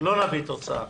לא נביא תוצאה,